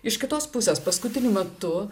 iš kitos pusės paskutiniu metu